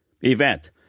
Event